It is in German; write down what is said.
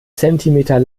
zentimeter